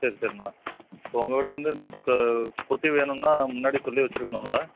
சரி சரிண்ணா இப்போ உங்கள் கிட்ட வந்து இந்த க குட்டி வேணும்னா முன்னாடியே சொல்லி வச்சிருக்கணுன்ல